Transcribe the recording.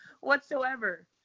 whatsoever